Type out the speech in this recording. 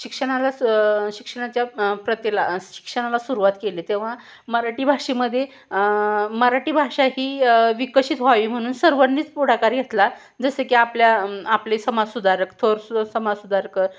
शिक्षणाला स शिक्षणाच्या प्रथेला शिक्षणाला सुरुवात केली तेव्हा मराठी भाषेमध्ये मराठी भाषा ही विकशित व्हावी म्हणून सर्वांनीच पुढाकार घेतला जसे की आपल्या आपले समाजसुधारक थोर सु समाजसुधारक